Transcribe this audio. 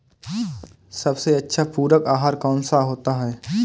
सबसे अच्छा पूरक आहार कौन सा होता है?